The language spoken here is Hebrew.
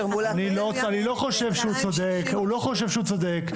מול האקדמיה --- אני לא חושב שהוא צודק.